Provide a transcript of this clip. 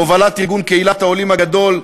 בהובלת ארגון קהילת העולים הגדול,